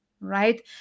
right